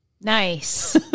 Nice